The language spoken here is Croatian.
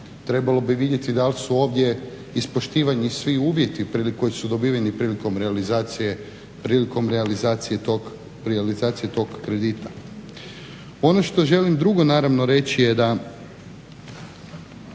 Trebalo bi vidjeti da li su ovdje ispoštivani svi uvjeti koji su dobiveni prilikom realizacije tog kredita. Ono što želim drugo reći je da